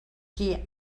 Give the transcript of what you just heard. qui